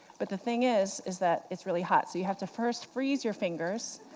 but the thing is, is that it's really hot. so you have to first freeze your fingers.